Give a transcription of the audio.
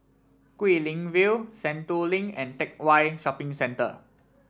Guilin View Sentul Link and Teck Whye Shopping Centre